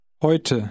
Heute